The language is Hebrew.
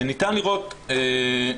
ניתן לראות מימין,